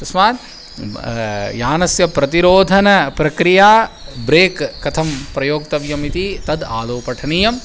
तस्मात् यानस्य प्रतिरोधनप्रक्रिया ब्रेक् कथं प्रयोक्तव्यमिति तद् आदौ पठनीयम्